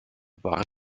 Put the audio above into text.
war